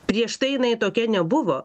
prieš tai jinai tokia nebuvo